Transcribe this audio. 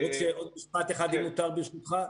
עוד משפט אחד, אם מותר ברשותך.